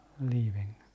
leaving